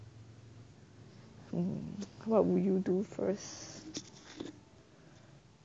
um what will you do first